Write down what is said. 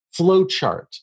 flowchart